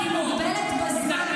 אך היא מוגבלת בזמן.